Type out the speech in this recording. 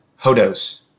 Hodos